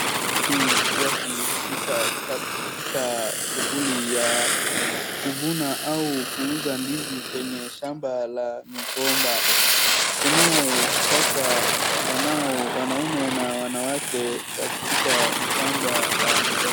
Watu wakihusika katika shughuli ya kuvuna au kuuza ndizi kwenye shamba la migomba. Tunao sasa wanaume na wanawake katika shamba la migomba.